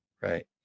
Right